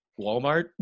walmart